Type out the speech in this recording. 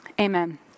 amen